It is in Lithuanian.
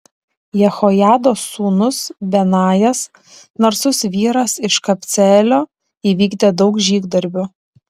jehojados sūnus benajas narsus vyras iš kabceelio įvykdė daug žygdarbių